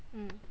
mm